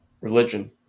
Religion